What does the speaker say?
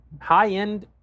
high-end